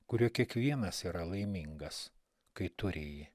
kuriuo kiekvienas yra laimingas kai turi jį